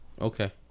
okay